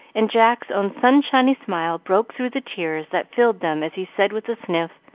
and jack's own sunshiny smile broke through the tears that filled them as he said with a sniff